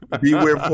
Beware